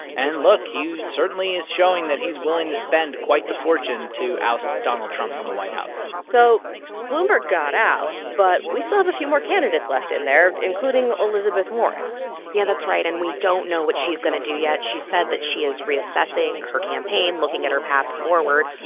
and, look he certainly is showing that he's willing to spend quite the fortune to oust donald trump from the white house so bloomberg got out, but we still have a few more candidates left in there, including elizabeth warren yeah, that's right. and we don't know what she is going to do yet. she said that she is reassessing her campaign, looking at her path forward.